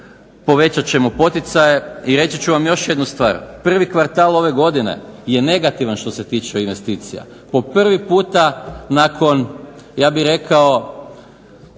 Povećat ćemo poticaje. I reći ću vam još jednu stvar. Prvi kvartal ove godine je negativan što se tiče investicija. Po prvi puta nakon ja bih rekao